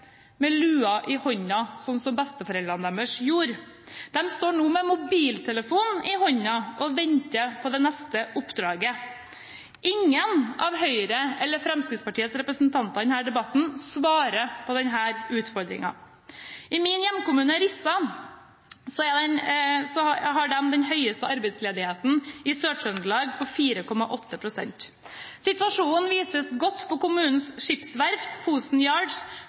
med lua i hånda, sånn som besteforeldrene deres gjorde. De står nå med mobiltelefon i hånda og venter på det neste oppdraget. Ingen av Høyre eller Fremskrittspartiets representanter svarer på den utfordringen i denne debatten. I min hjemkommune, Rissa, har de den høyeste arbeidsledigheten i Sør-Trøndelag, på 4,8 pst. Situasjonen vises godt på kommunens skipsverft, Fosen